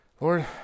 Lord